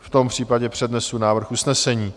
V tom případě přednesu návrh usnesení.